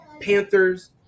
Panthers